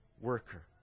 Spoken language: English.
worker